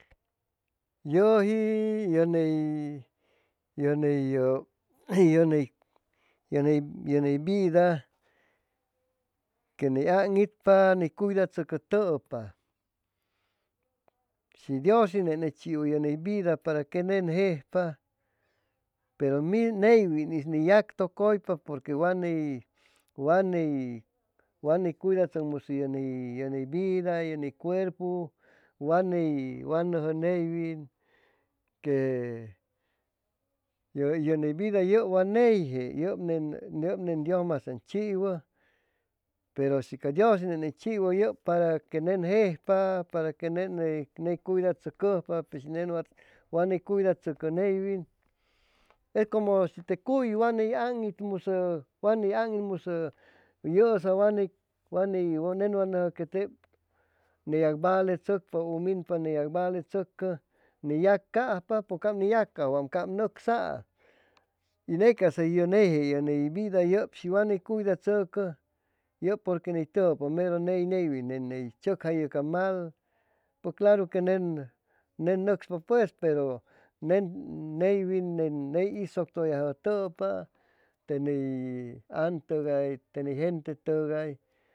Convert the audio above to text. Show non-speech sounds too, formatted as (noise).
Yʉji yʉ ney (hesitation) vida que ni aŋitpa ni cuidachʉcʉtʉpa shi dios'is ney ne chiwo ney ne vida para que nen jejpa pero (hesitation) neywin'is ni yactʉcʉypa porque wa ney wa ney wa ney cuidachʉcmusʉ ye ney vida ye ney cuerpu wa ney wa nʉjʉ neywin que yʉ ney vida yʉp wa neyje yʉpʉ ney dios masan ney chiwʉ pero shi ca dios ney ney chiwʉ para que nen jejpa para que nen ney cuidachʉcʉjpa peshi nen wa ney cuidachʉcʉ neywin es como te cuy wa ni aŋitmusʉ wa ni aŋitmusʉ yʉsa wa ney wa ney nen wa nʉjʉ que tep neyacvalechʉcpa u minpa ni yacvalechʉcʉ ni yacajpa cap ni yacajwam cap nʉcsaay ney casa neyje ye ney vida yʉp shi wa ni cuidachʉcʉ yʉp porque ni tʉyjʉpa mero ney neywin ni chʉcjayʉ ca mal pʉj claru que nen nen nʉcspa pues pero nen neywin ney isʉctʉyajʉtʉpa te ni an tʉgay te ni gente tʉgay